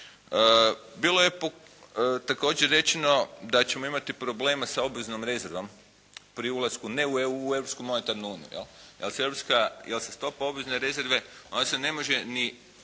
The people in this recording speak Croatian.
Bilo je također rečeno da ćemo imati problema sa obveznom rezervom pri ulasku ne, u Europsku monetarnu uniju jel, jer se stopa obvezne rezerve ona se ne može ni